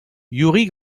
iouri